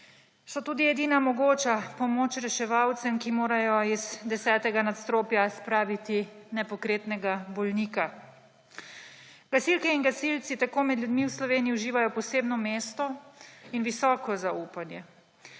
So tudi edina mogoča pomoč reševalcem, ki morajo iz 10. nadstropja spraviti nepokretnega bolnika. Gasilke in gasilci tako med ljudmi v Sloveniji uživajo posebno mesto in visoko zaupanje.